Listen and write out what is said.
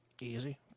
Easy